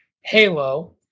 Halo